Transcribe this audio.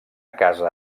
casa